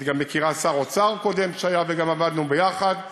את גם מכירה שר אוצר קודם שהיה, וגם עבדנו ביחד,